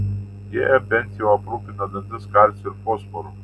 jie bent jau aprūpina dantis kalciu ir fosforu